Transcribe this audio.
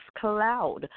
Cloud